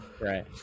Right